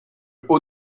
haut